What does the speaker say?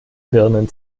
birnen